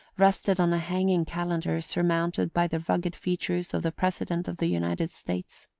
rested on a hanging calendar surmounted by the rugged features of the president of the united states.